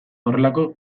horrelako